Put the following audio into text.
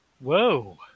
Whoa